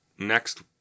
next